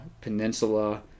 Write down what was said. Peninsula